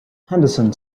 henderson